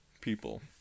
people